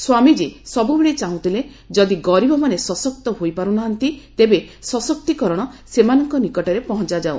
ସ୍ୱାମୀଜ୍ଞୀ ସବୁବେଳେ ଚାହୁଁଥିଲେ ଯଦି ଗରୀବମାନେ ସଶକ୍ତ ହୋଇପାରୁନାହାନ୍ତି ତେବେ ସଶକ୍ତୀକରଣ ସେମାନଙ୍କ ନିକଟରେ ପହଞ୍ଚାଯାଉ